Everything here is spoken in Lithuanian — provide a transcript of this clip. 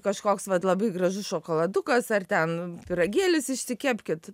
kažkoks vat labai gražus šokoladukas ar ten pyragėlis išsikepkit